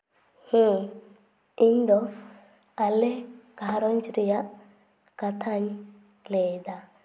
ᱤᱧ ᱫᱚ ᱟᱞᱮ ᱜᱷᱟᱨᱚᱸᱡᱽ ᱨᱮᱭᱟᱜ ᱠᱟᱛᱷᱟᱧ ᱞᱟᱹᱭᱫᱟ